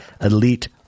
elite